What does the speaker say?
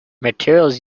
materials